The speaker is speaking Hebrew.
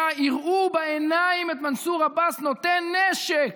יראו בעיניים את מנסור עבאס נותן נשק,